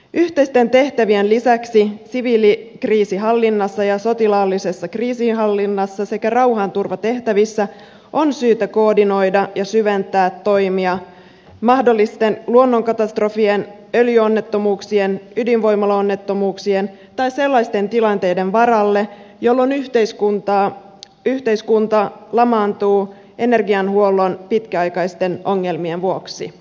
yhteisten tehtävien lisäksi siviilikriisinhallinnassa ja sotilaallisessa kriisinhallinnassa sekä rauhanturvatehtävissä on syytä koordinoida ja syventää toimia mahdollisten luonnonkatastrofien öljyonnettomuuksien ydinvoimalaonnettomuuksien tai sellaisten tilanteiden varalle jolloin yhteiskunta lamaantuu energianhuollon pitkäaikaisten ongelmien vuoksi